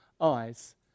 eyes